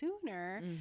sooner